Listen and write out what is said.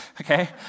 okay